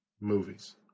movies